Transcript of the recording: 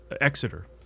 Exeter